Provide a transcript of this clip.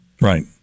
Right